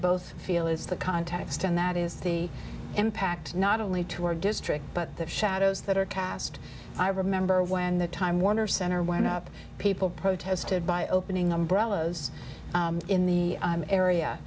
both feel is the context and that is the impact not only to our district but the shadows that are cast i remember when the time warner center went up people protested by opening umbrellas in the area